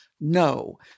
No